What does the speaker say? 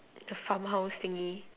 the farm house thingy